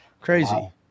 Crazy